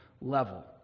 level